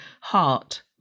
heart